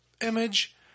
Image